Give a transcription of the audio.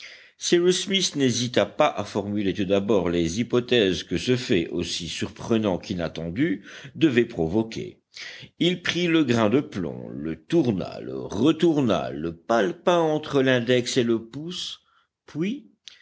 cyrus smith n'hésita pas à formuler tout d'abord les hypothèses que ce fait aussi surprenant qu'inattendu devait provoquer il prit le grain de plomb le tourna le retourna le palpa entre l'index et le pouce puis